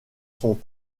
sont